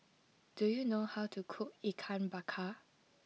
do you know how to cook Ikan Bakar